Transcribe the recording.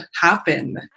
happen